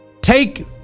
take